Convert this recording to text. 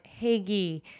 Hagee